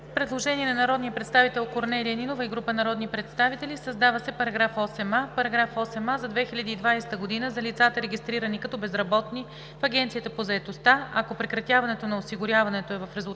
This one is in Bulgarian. Предложение на народния представител Корнелия Нинова и група народни представители: Създава се § 8а: „§ 8а. За 2020 г. за лицата, регистрирани като безработни в Агенцията по заетостта, ако прекратяването на осигуряването е в резултат